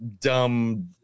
dumb